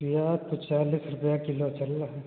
प्याज तो चालिस रुपये किलो चल रहा है